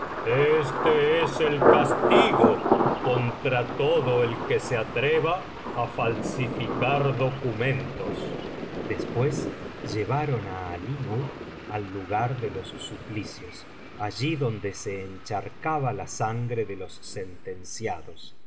este es el castigo contra todo el que se atreva á falsificar documentos después llevaron á alí nur al lugar de los suplicios allí donde se encharcaba la sangre de los sentenciados